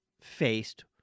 faced